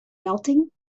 melting